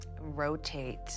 rotate